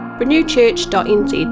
renewchurch.nz